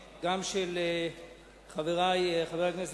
הצעת החוק היא גם של חברי חבר הכנסת